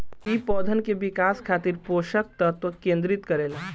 इ पौधन के विकास खातिर पोषक तत्व केंद्रित करे ला